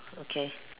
okay